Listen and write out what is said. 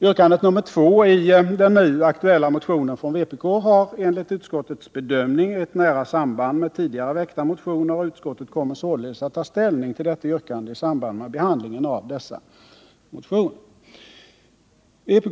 Yrkande nr 2 i den nu aktuella motionen från vpk har enligt utskottets bedömning ett nära samband med tidigare väckta motioner, och utskottet kommer således att ta ställning till detta yrkande i samband med behandlingen av dessa motioner.